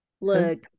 look